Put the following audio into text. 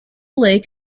lake